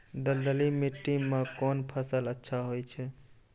दलदली माटी म कोन फसल अच्छा होय छै?